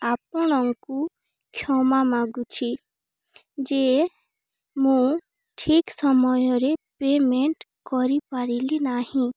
ଆପଣଙ୍କୁ କ୍ଷମା ମାଗୁଛି ଯେ ମୁଁ ଠିକ୍ ସମୟରେ ପେମେଣ୍ଟ କରିପାରିଲି ନାହିଁ